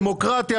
דמוקרטי,